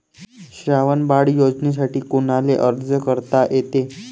श्रावण बाळ योजनेसाठी कुनाले अर्ज करता येते?